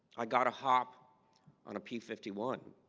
i got a hop on a p fifty one.